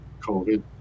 COVID